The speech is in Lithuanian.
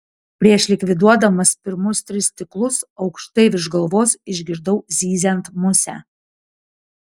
prieš likviduodamas pirmus tris stiklus aukštai virš galvos išgirdau zyziant musę